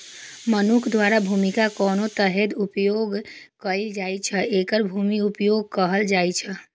मनुक्ख द्वारा भूमिक कोन तरहें उपयोग कैल जाइ छै, एकरे भूमि उपयोगक कहल जाइ छै